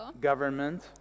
Government